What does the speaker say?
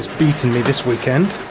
beaten me this weekend.